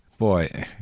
Boy